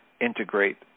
integrate